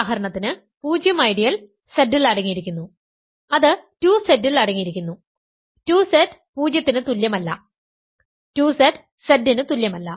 ഉദാഹരണത്തിന് 0 ideal Z ൽ അടങ്ങിയിരിക്കുന്നു അത് 2Z ൽ അടങ്ങിയിരിക്കുന്നു 2Z 0 ന് തുല്യമല്ല 2Z Z ന് തുല്യമല്ല